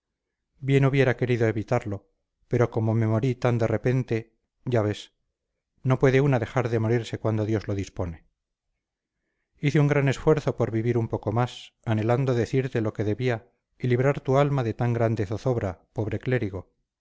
bien hubiera querido evitarlo pero como me morí tan de repente ya ves no puede una dejar de morirse cuando dios lo dispone hice un gran esfuerzo por vivir un poco más anhelando decirte lo que debía y librar tu alma de tan grande zozobra pobre clérigo